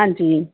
ਹਾਂਜੀ